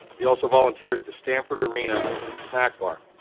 you also volunteered to stamford arena snack bar,